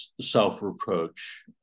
self-reproach